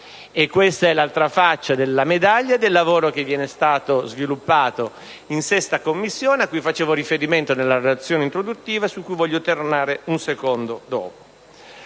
Questa è l'altra faccia della medaglia del lavoro che è stato sviluppato in 6a Commissione a cui facevo riferimento nella relazione introduttiva e su cui tornerò fra poco.